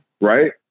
right